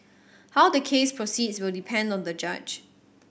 how the case proceeds will depend on the judge